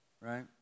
right